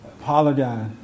Apologize